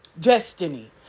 destiny